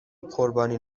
قربانی